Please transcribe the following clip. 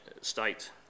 state